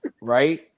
right